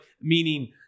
meaning